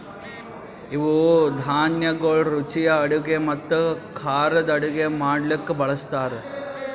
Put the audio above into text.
ಇವು ಧಾನ್ಯಗೊಳ್ ರುಚಿಯ ಅಡುಗೆ ಮತ್ತ ಖಾರದ್ ಅಡುಗೆ ಮಾಡ್ಲುಕ್ ಬಳ್ಸತಾರ್